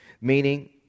meaning